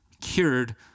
cured